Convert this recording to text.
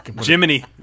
Jiminy